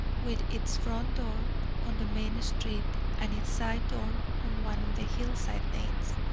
with its front door on the main street and its side door on one of the hillside lanes.